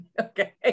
Okay